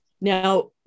Now